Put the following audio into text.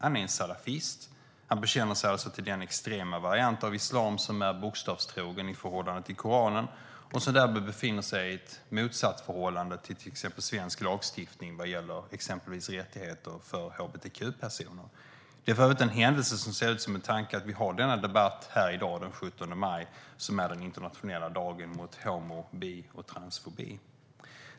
Han är salafist och bekänner sig alltså till den extrema form av islam som är bokstavstrogen i förhållande till Koranen och därmed står i ett motsatsförhållande till svensk lagstiftning vad gäller exempelvis rättigheter för hbtq-personer. Det är för övrigt en händelse som ser ut som en tanke att vi har denna debatt den 17 maj, som är den internationella dagen mot homo, bi och transfobi.